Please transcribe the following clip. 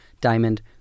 diamond